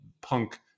punk